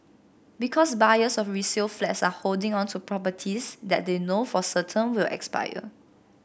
because buyers of resale flats are holding on to properties that they know for certain will expire